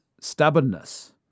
stubbornness